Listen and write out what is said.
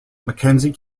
mackenzie